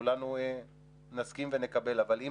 אז גם